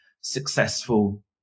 successful